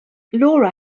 laura